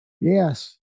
yes